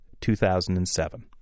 2007